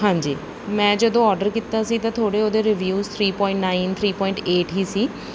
ਹਾਂਜੀ ਮੈਂ ਜਦੋਂ ਔਡਰ ਕੀਤਾ ਸੀ ਤਾਂ ਥੋੜ੍ਹੇ ਉਹਦੇ reviews three point nine three point eight ਹੀ ਸੀ